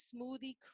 smoothie